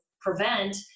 prevent